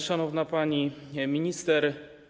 Szanowna Pani Minister!